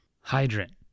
Hydrant